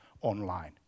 online